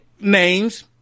names